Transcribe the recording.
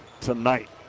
tonight